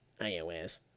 iOS